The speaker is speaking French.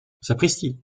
sapristi